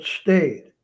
state